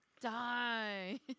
Die